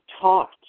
taught